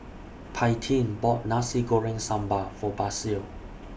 Paityn bought Nasi Goreng Sambal For Basil